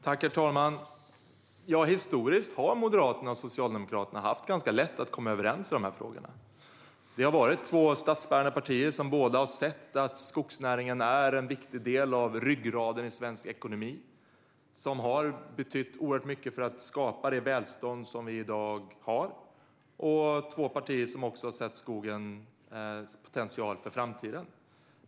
Herr talman! Historiskt har Moderaterna och Socialdemokraterna haft ganska lätt att komma överens i de här frågorna. Vi har varit två statsbärande partier som båda har sett att skogsnäringen är en viktig del av ryggraden i svensk ekonomi. Skogsnäringen har betytt oerhört mycket för att skapa det välstånd som vi i dag har. Det är två partier som också har sett skogens potential för framtiden.